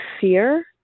fear